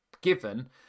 given